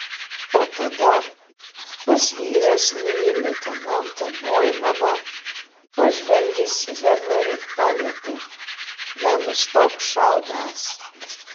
o tada pas vyresnįjį leitenantą noimaną pažvelgęs į vernerį paliepė nenustok šaudęs